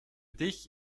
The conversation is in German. dich